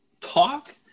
talk